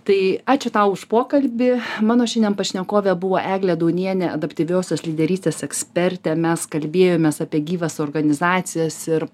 tai ačiū tau už pokalbį mano šiandien pašnekovė buvo eglė daunienė adaptyviosios lyderystės ekspertė mes kalbėjomės apie gyvas organizacijas ir